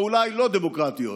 או אולי לא דמוקרטיות.